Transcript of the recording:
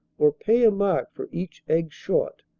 or pay a mark for each egg short.